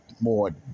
more